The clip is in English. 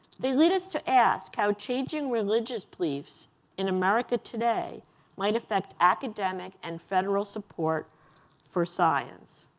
they lead us to ask how changing religious beliefs in america today might affect academic and federal support for science.